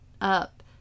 up